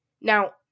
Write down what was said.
now